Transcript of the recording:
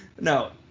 No